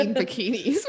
bikinis